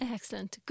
Excellent